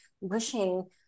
wishing